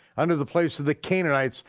under the place of the canaanites,